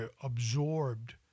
absorbed